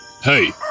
Hey